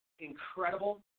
incredible